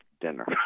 dinner